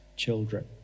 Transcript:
Children